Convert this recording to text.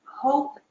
hope